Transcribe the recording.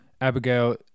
abigail